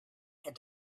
had